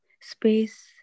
space